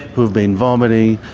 who have been vomiting,